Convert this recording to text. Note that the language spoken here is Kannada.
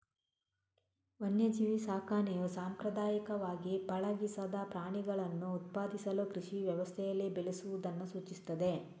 ವನ್ಯಜೀವಿ ಸಾಕಣೆಯು ಸಾಂಪ್ರದಾಯಿಕವಾಗಿ ಪಳಗಿಸದ ಪ್ರಾಣಿಗಳನ್ನು ಉತ್ಪಾದಿಸಲು ಕೃಷಿ ವ್ಯವಸ್ಥೆಯಲ್ಲಿ ಬೆಳೆಸುವುದನ್ನು ಸೂಚಿಸುತ್ತದೆ